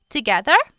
Together